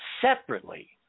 separately